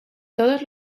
todos